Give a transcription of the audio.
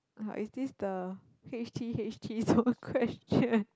like is this the h_t_h_t those questions